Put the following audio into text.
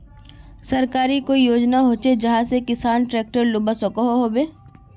सरकारी कोई योजना होचे जहा से किसान ट्रैक्टर लुबा सकोहो होबे?